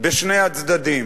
בשני הצדדים.